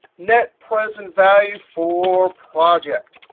net present value for project,